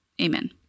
amen